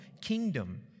kingdom